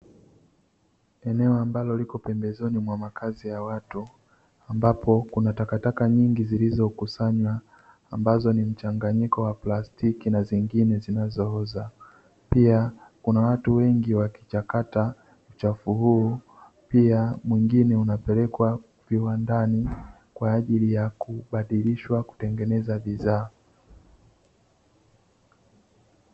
Eneo ambalo lipo pembezoni mwa makazi ya watu ambapo kuna takataka nyingi zilizokusanywa ambazo ni mchanganyiko wa plastiki na zingine zinazooza pia kuna watu wengi wakichakata uchafu huu, pia mwingine unapelekwa viwandani kwa ajili ya kubadilishwa kutengeneza bidhaa.